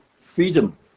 freedom